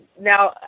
now